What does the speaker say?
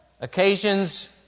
Occasions